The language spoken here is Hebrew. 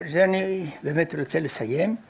‫זה אני באמת רוצה לסיים.